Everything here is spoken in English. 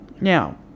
Now